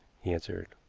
he answered.